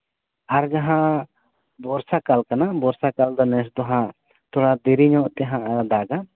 ᱟᱨ ᱡᱟᱦᱟᱸ ᱵᱚᱨᱥᱟ ᱠᱟᱞ ᱠᱟᱱᱟ ᱵᱚᱨᱥᱟ ᱠᱟᱞ ᱫᱚ ᱱᱮᱥ ᱫᱚ ᱦᱟᱸᱜ ᱛᱷᱚᱲᱟ ᱫᱮᱨᱤ ᱧᱚᱜ ᱛᱮᱦᱟᱸᱜᱼᱮ ᱫᱟᱜᱟ